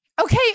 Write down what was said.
Okay